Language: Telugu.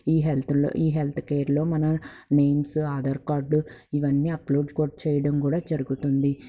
ఈ హెల్త్లో ఈ హెల్త్కేర్లో మన మెయిన్స్ ఆధార్కార్డులు ఇవన్నీ అప్లోడ్ కోట్ చేయడం కూడా జరుగుతుంది